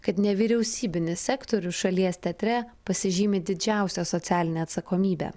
kad nevyriausybinis sektorius šalies teatre pasižymi didžiausia socialine atsakomybe